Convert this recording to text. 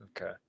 Okay